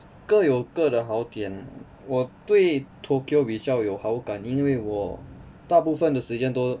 各有各的好点我对 tokyo 比较有好感因为我大部分的时间都